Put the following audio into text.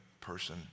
person